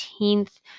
18th